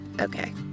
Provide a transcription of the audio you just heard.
Okay